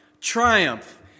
Triumph